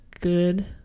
good